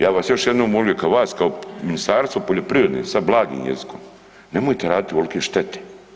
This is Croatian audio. Ja bi vas još jednom molio kao vas, kao Ministarstvo poljoprivrede sa blagim jezikom, nemojte raditi ovolike štete.